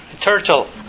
turtle